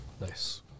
Nice